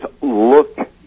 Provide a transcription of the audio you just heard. look